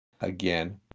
Again